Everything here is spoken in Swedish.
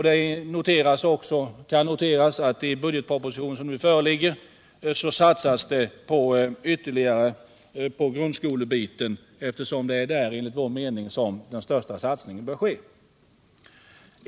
Det kan också noteras att det i den föreliggande budgetpropositionen satsas ytterligare på grundskolebiten, eftersom det är där som, enligt vår åsikt, den största satsningen bör ske.